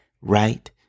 right